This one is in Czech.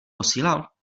posílal